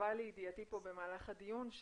שהובא לידיעתי במהלך הדיון,